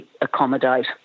accommodate